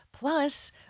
Plus